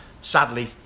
Sadly